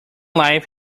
life